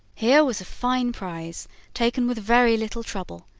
here was a fine prize taken with very little trouble,